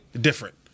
different